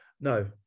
No